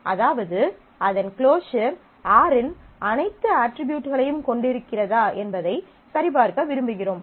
அதாவது அதன் closure R இன் அனைத்து அட்ரிபியூட்களையும் கொண்டிருக்கிறதா என்பதைச் சரிபார்க்க விரும்புகிறோம்